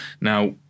now